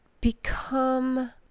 become